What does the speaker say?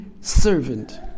servant